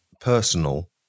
personal